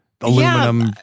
aluminum